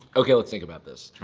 okay, let's think about this